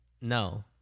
No